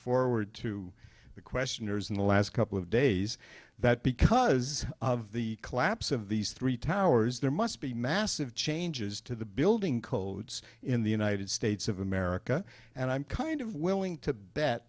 forward to the questioners in the last couple of days that because of the collapse of these three towers there must be massive changes to the building codes in the united states of america and i'm kind of willing to bet